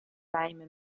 time